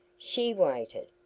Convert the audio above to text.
she waited.